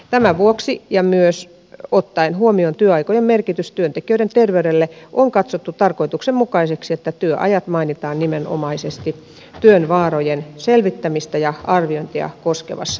tämän vuoksi ja myös ottaen huomioon työaikojen merkityksen työntekijöiden terveydelle on katsottu tarkoituksenmukaiseksi että työajat mainitaan nimenomaisesti työn vaarojen selvittämistä ja arviointia koskevassa pykälässä